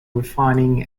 refining